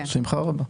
בשמחה רבה.